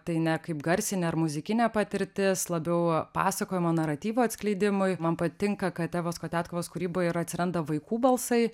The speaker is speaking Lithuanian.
tai ne kaip garsinė ar muzikinė patirtis labiau pasakojimo naratyvo atskleidimui man patinka kad evos kotiatkovos kūryboj ir atsiranda vaikų balsai